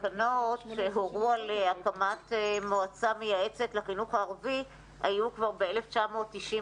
התקנות שהורו על הקמת מועצה מייעצת לחינוך הערבי היו כבר ב-1996,